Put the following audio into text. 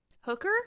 Hooker